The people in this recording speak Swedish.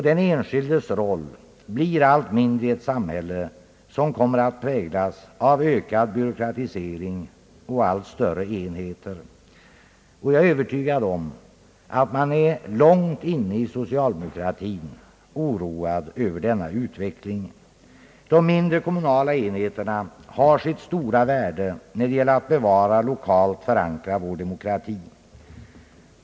Den enskildes roll blir allt mindre i ett samhälle, som kommer att präglas av ökad byråkratisering och allt större enheter. Jag är övertygad om att man långt inne i socialdemokratin är oroad över denna utveckling. De mindre kommunala enheterna har sitt stora värde, när det gäller att bevara och lokalt förankra vår demokrati.